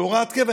בהוראת קבע.